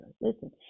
Listen